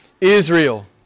Israel